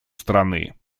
страны